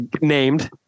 named